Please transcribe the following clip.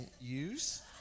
use